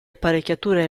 apparecchiature